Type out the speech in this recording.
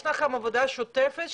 יש לכם עבודה שוטפת,